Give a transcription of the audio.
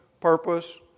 Purpose